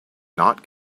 not